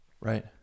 Right